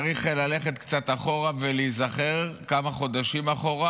צריך ללכת קצת אחורה ולהיזכר כמה חודשים אחורה,